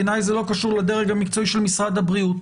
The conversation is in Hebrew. בעיניי זה לא קשור לדרג המקצועי של משרד הבריאות.